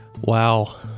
Wow